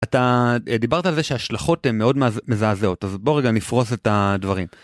אתה דיברת על זה שהשלכות הן מאוד מזעזעות אז בוא רגע נפרוס את הדברים.